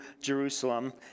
Jerusalem